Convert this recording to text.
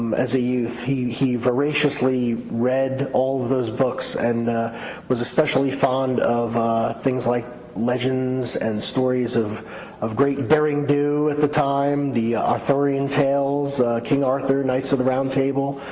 um as a youth he he voraciously read all those books and was especially fond of things like legends and stories of of great daring do, at the time the arthurian tales, king arthur knights of the round table.